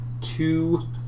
two